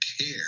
care